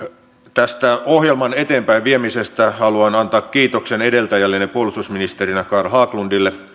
tästä ohjelman eteenpäinviemisestä haluan antaa kiitoksen edeltäjälleni puolustusministeri carl haglundille